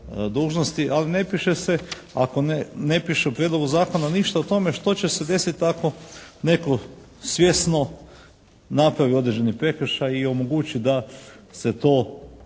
Ali ne piše se ako ne piše u prijedlogu zakona ništa o tome što će se desiti ako netko svjesno napravi određeni prekršaj i omogući da se to